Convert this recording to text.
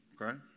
okay